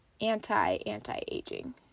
anti-anti-aging